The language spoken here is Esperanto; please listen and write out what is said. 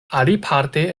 aliparte